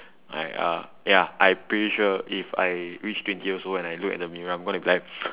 I uh ya I pretty sure if I reach twenty years old and I look at the mirror I'm gonna be like